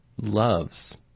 loves